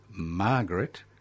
Margaret